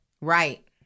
Right